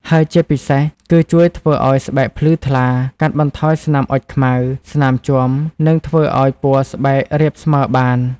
ហើយជាពិសេសគឺជួយធ្វើឲ្យស្បែកភ្លឺថ្លា កាត់បន្ថយស្នាមអុជខ្មៅ ស្នាមជាំ និងធ្វើឲ្យពណ៌ស្បែករាបស្មើបាន។